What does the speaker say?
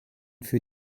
für